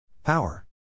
Power